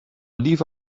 leave